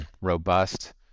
robust